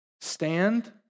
stand